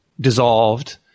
dissolved